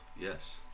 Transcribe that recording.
Yes